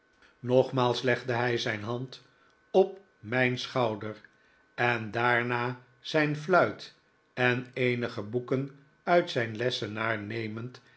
nogmaals legde hij zijn hand op mijn schouder en daarna zijn fluit en eenige boeken uit zijn lessenaar nemend